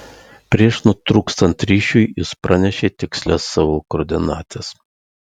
prieš nutrūkstant ryšiui jis pranešė tikslias savo koordinates